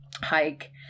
hike